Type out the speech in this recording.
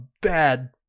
bad